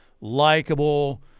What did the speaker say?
likable